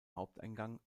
haupteingang